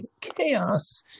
chaos